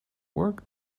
work